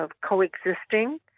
coexisting